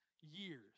years